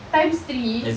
times three